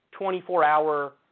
24-hour